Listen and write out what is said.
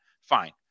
fine